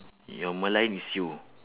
ya merlion is you